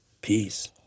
peace